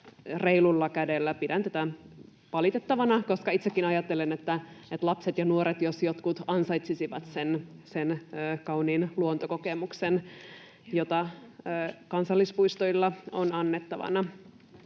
reilulla kädellä. Pidän tätä valitettavana, koska itsekin ajattelen, että lapset ja nuoret jos jotkut ansaitsisivat sen kauniin luontokokemuksen, jota kansallispuistoilla on annettavana.